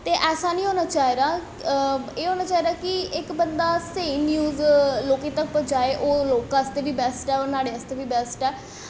ते ऐसा निं होना चाही दा एह् होना चाहिदा कि इक बंदा स्हेई न्यूज़ लोकें तक पहुंचाए होर लोकें आस्तै बी बैस्ट ऐ होर नहाड़े आस्तै बी बैस्ट ऐ